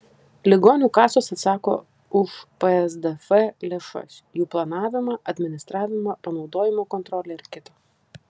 ligonių kasos atsako už psdf lėšas jų planavimą administravimą panaudojimo kontrolę ir kita